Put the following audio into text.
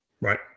Right